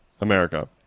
America